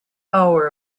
hour